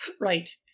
Right